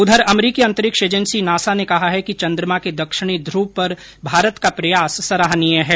उंधर अमरीकी अंतरिक्ष agency NASA ने कहा है कि चन्द्रमा के दक्षिणी ध्र्व पर भारत का प्रयास सराहनीय है